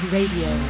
Radio